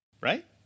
Right